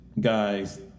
guys